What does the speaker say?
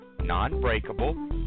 non-breakable